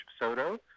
Soto